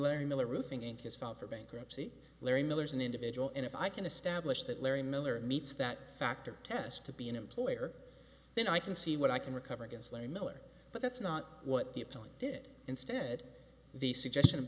larry miller roofing and his file for bankruptcy larry miller's an individual and if i can establish that larry miller meets that doctor test to be an employer then i can see what i can recover against les miller but that's not what the appellant did instead the suggestion of